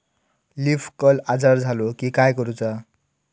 Leaf curl आजार झालो की काय करूच?